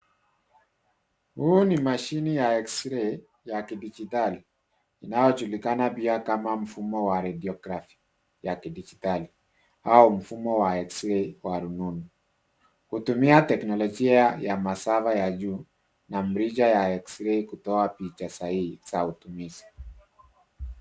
Huu ni mashine ya eksrei ya kidijitali inayojulikana pia kama mfumo wa radio therapy ya kidijitali au mfumo wa eksrei wa rununu. Hutumia teknolojia ya masava ya juu na mrija ya eksrei kutoa picha sahihi za utumizi.